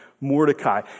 Mordecai